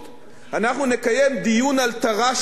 אנחנו נקיים דיון על תר"ש צה"ל,